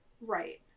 right